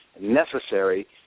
necessary